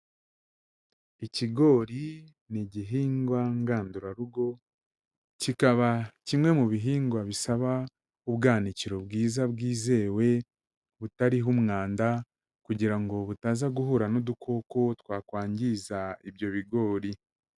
Ikigori ni igihingwa ngandurarugo, kikaba kimwe mu bihingwa bisaba ubwanikiro bwiza bwizewe, butariho umwanda kugira ngo butaza guhura n'udukoko twakwangiza ibyo bigori.